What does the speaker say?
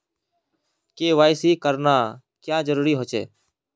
KYC करना क्याँ जरुरी होचे?